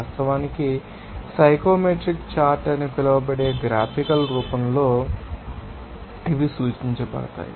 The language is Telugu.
వాస్తవానికి సైకోమెట్రిక్ చార్ట్ అని పిలువబడే గ్రాఫికల్ రూపంలో ఇవి సూచించబడతాయి